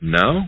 no